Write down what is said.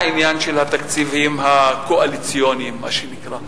העניין של התקציבים הקואליציוניים, מה שנקרא.